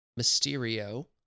Mysterio